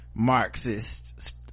marxist